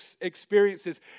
experiences